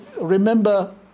Remember